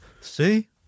See